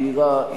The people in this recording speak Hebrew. מהירה,